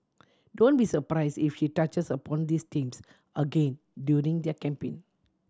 don't be surprise if she touches upon these themes again during their campaign